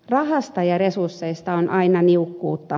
rahasta ja resursseista on aina niukkuutta